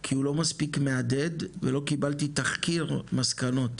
כי הוא לא מספיק מהדהד ולא קיבלתי תחקיר מסקנות.